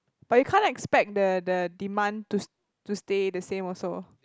but you can't expect the the demand to st~ to stay the same also